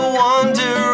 wonder